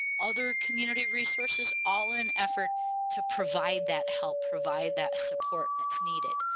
other community resources all in an effort to provide that help provide that support that's needed.